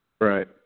Right